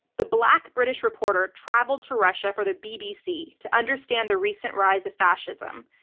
the black british reporter traveled to russia for the bbc to understand the recent rise of fascism.